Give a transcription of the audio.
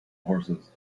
horses